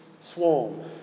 swarm